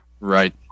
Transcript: Right